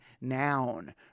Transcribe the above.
noun